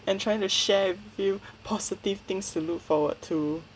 and trying to share with you positive things to look forward to